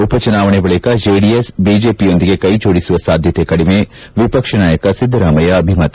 ಉಪಚುನಾವಣೆ ಬಳಿಕ ಜೆಡಿಎಸ್ ಬಿಜೆಪಿಯೊಂದಿಗೆ ಕೈ ಜೋಡಿಸುವ ಸಾಧ್ಯತೆ ಕಡಿಮೆ ವಿಪಕ್ಷ ನಾಯಕ ಸಿದ್ದರಾಮಯ್ಯ ಅಭಿಮತ